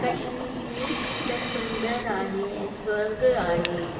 कश्मीर त सुंदर आहे ऐं स्वर्ग आहे